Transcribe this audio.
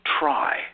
try